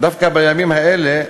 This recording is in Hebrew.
דווקא בימים האלה